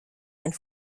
and